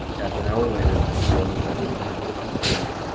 half an hour later the sailors had returned to the kincaid,